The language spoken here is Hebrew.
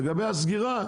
לגבי הסגירה,